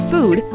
Food